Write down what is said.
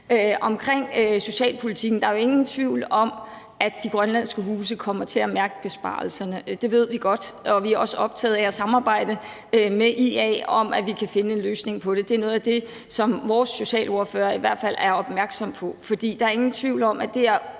Om socialpolitikken vil jeg sige, at der jo ingen tvivl er om, at de grønlandske huse kommer til at mærke besparelserne. Det ved vi godt. Vi er også optaget af at samarbejde med IA om at finde en løsning på det. Det er noget af det, som vores socialordfører i hvert fald er opmærksom på. For der er ingen tvivl om, at det er